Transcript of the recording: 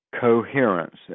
coherence